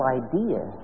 idea